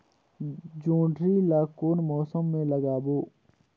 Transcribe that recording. जोणी ला कोन मौसम मा लगाबो?